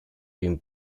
been